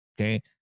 Okay